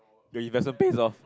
you if there's a piece of